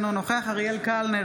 אינו נוכח אריאל קלנר,